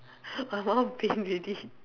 my mouth pain already